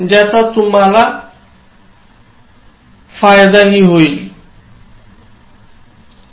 तो तुम्हाला फायदेशीर ठरेल व तो म्हणजे संवादामध्ये विनोदाचे महत्त्व